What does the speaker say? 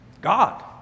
God